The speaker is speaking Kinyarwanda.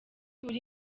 buri